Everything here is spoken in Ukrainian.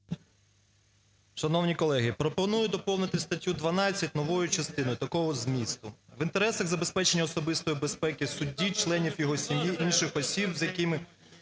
Шановні колеги, пропоную доповнити статтю 12 новою частиною такого змісту: "В інтересах забезпечення особистої безпеки судді, членів його сім'ї, інших осіб, з якими